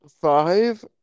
Five